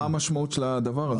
מה המשמעות של הדבר הזה?